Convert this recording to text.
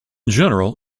general